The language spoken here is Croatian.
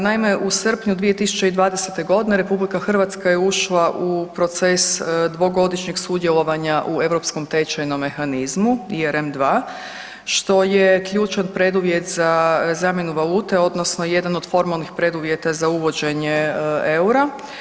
Naime, u srpnju 2020. godine RH je ušla u proces dvogodišnjeg sudjelovanja u europskom tečajnom mehanizmu ERM II što je ključan preduvjet za zamjenu valute odnosno jedan od formalnih preduvjeta za uvođenje EUR-a.